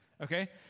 Okay